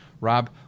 Rob